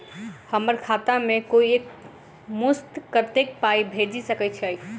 हम्मर खाता मे कोइ एक मुस्त कत्तेक पाई भेजि सकय छई?